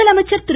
முதலமைச்சர் திரு